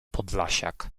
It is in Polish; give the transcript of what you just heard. podlasiak